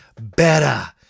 better